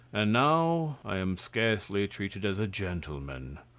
and now i am scarcely treated as a gentleman.